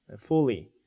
fully